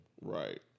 Right